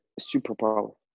superpower